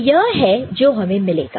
तो यह है जो हमें मिलेगा